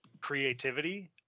creativity